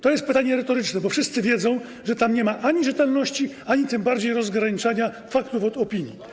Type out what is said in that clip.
To jest pytanie retoryczne, bo wszyscy wiedzą, że tam nie ma ani rzetelności, ani tym bardziej rozgraniczania faktów od opinii.